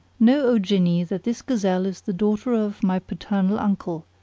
know o jinni! that this gazelle is the daughter of my paternal uncle,